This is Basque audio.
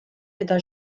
eta